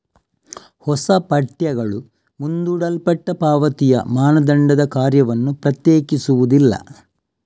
ಹೊಸ ಪಠ್ಯಗಳು ಮುಂದೂಡಲ್ಪಟ್ಟ ಪಾವತಿಯ ಮಾನದಂಡದ ಕಾರ್ಯವನ್ನು ಪ್ರತ್ಯೇಕಿಸುವುದಿಲ್ಲ